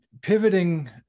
pivoting